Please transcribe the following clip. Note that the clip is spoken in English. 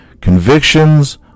convictions